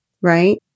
Right